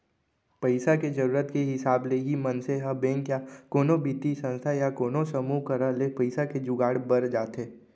पइसा के जरुरत के हिसाब ले ही मनसे ह बेंक या कोनो बित्तीय संस्था या कोनो समूह करा ले पइसा के जुगाड़ बर जाथे